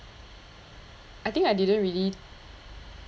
I think I didn't really